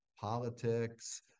politics